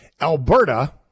Alberta